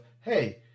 hey